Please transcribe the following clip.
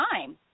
time